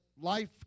life